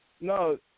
No